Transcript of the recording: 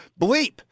bleep